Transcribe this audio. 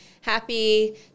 happy